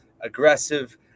aggressive